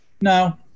No